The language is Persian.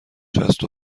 شصت